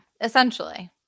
Essentially